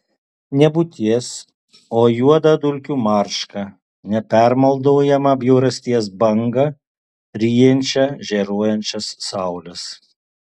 nebūties o juodą dulkių maršką nepermaldaujamą bjaurasties bangą ryjančią žėruojančias saules